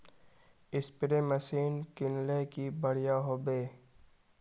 Spray machine किनले की बढ़िया होबवे?